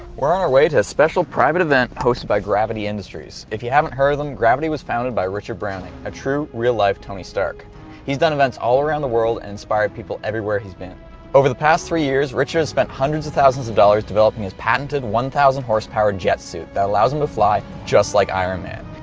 we're on our way to a special private event hosted by gravity industries if you haven't heard of them, gravity was founded by richard browning. a true real life tony stark he's done events all around the world and inspired people everywhere he's been over the past three years richard has spent hundreds of thousands of dollars developing his patented one thousand horse power jet suit, that allows him to fly just like iron man